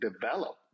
develop